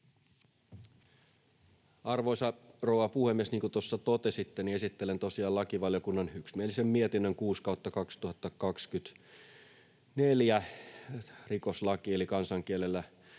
Arvoisa rouva puhemies! Niin kuin tuossa totesitte, esittelen tosiaan lakivaliokunnan yksimielisen mietinnön 6/2024, rikoslaki eli kansankielellä